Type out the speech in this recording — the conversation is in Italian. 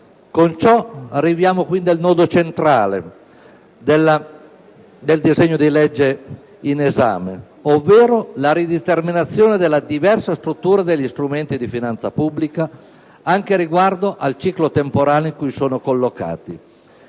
Con ciò arriviamo quindi al nodo centrale del disegno di legge all'esame, ovvero la rideterminazione della diversa struttura degli strumenti di finanza pubblica, anche riguardo al ciclo temporale in cui sono collocati